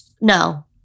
no